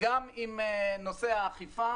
וגם עם נושא האכיפה